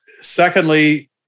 Secondly